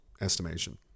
estimation